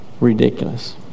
Ridiculous